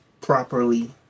properly